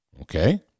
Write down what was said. Okay